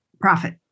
profit